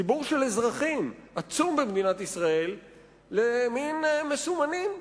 ציבור אזרחים עצום במדינת ישראל למין מסומנים,